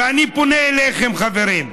ואני פונה אליכם, חברים.